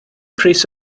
pris